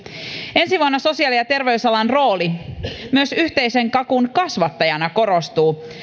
ensi vuonna sosiaali ja terveysalan rooli myös yhteisen kakun kasvattajana korostuu